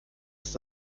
ist